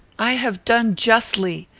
i have done justly.